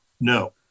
no